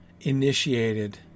initiated